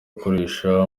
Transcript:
gukoreshwa